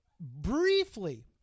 briefly